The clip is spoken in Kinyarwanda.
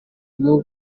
bwo